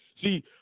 See